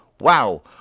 Wow